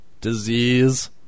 Disease